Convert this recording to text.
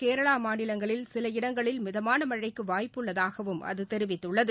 கேரளா மாநிலங்களில் சில இடங்களில் மிதமான மழைக்கு வாய்ப்புள்ளதாகவும் அது தெரிவித்துள்ளது